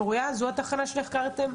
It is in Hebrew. מוריה, זו התחנה שנחקרתם?